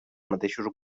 mateixos